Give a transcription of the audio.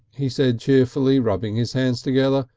he said cheerfully, rubbing his hands together.